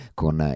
con